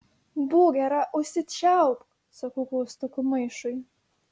būk gera užsičiaupk sakau klaustukų maišui